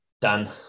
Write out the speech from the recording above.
done